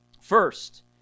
First